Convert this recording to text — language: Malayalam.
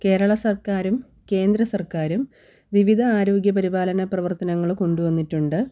കേരള സർക്കാരും കേന്ദ്രസർക്കാരും വിവിധ ആരോഗ്യപരിപാലന പ്രവർത്തനങ്ങൾ കൊണ്ട് വന്നിട്ടുണ്ട്